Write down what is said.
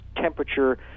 temperature